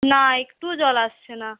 না একটুও জল আসছে না